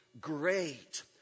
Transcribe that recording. great